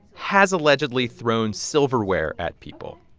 has allegedly thrown silverware at people.